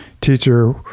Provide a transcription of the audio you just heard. Teacher